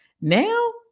Now